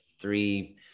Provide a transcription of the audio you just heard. three